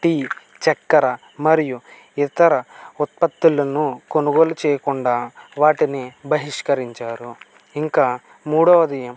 tea చక్కెర మరియు ఇతర ఉత్పత్తులను కొనుగోలు చేయకుండా వాటిని బహిష్కరించారు ఇంకా మూడవది